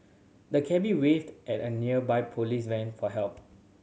the cabby waved at a nearby police van for help